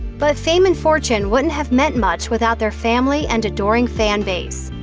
but fame and fortune wouldn't have meant much without their family and adoring fan base.